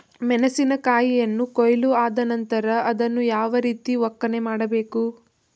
ಮೆಣಸಿನ ಕಾಯಿಯನ್ನು ಕೊಯ್ಲು ಆದ ನಂತರ ಅದನ್ನು ಯಾವ ರೀತಿ ಒಕ್ಕಣೆ ಮಾಡಬೇಕು?